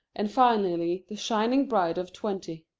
and finally the shining bride of twenty.